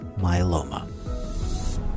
myeloma